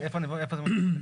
איפה זה מופיע?